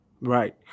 Right